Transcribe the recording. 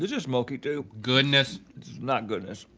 is smoky too. goodness. it's not goodness.